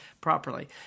properly